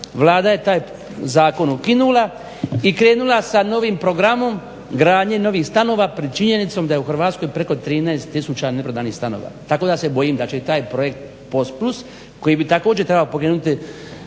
Vlada je taj zakon ukinula i krenula sa novim programom gradnje novih stanova … činjenicom da je u Hrvatskoj preko 13000 neprodanih stanova. Tako da se bojim da će i taj projekt POS plus koji bi također trebao pokrenuti